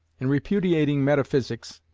in repudiating metaphysics,